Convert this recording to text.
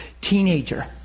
teenager